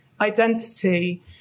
identity